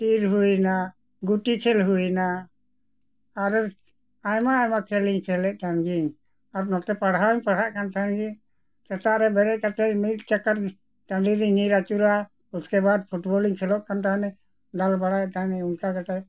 ᱴᱤᱨ ᱦᱩᱭᱮᱱᱟ ᱜᱩᱴᱤ ᱠᱷᱮᱞ ᱦᱩᱭᱮᱱᱟ ᱟᱨ ᱟᱭᱢᱟ ᱟᱭᱢᱟ ᱠᱷᱮᱞᱤᱧ ᱠᱷᱮᱞᱮᱫ ᱛᱟᱦᱮᱱ ᱜᱤᱭᱟᱹᱧ ᱟᱨ ᱱᱚᱛᱮ ᱯᱟᱲᱦᱟᱣ ᱦᱩᱧ ᱯᱟᱲᱦᱟᱜ ᱠᱟᱱ ᱛᱟᱦᱮᱱ ᱜᱮ ᱥᱮᱛᱟᱜ ᱨᱮ ᱵᱮᱨᱮᱫ ᱠᱟᱛᱮ ᱢᱤᱫ ᱪᱟᱠᱟ ᱴᱟᱺᱰᱤ ᱨᱮᱧ ᱧᱤᱨ ᱟᱹᱪᱩᱨᱟ ᱩᱥᱠᱮ ᱵᱟᱫ ᱯᱷᱩᱴᱵᱚᱞᱤᱧ ᱠᱷᱮᱞᱳᱜ ᱠᱟᱱ ᱛᱟᱦᱮᱱᱟᱹᱧ ᱫᱟᱞ ᱵᱟᱲᱟᱭᱮᱫ ᱛᱟᱦᱮᱱᱟᱹᱧ ᱚᱱᱠᱟ ᱠᱟᱛᱮᱫ